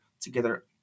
together